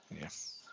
yes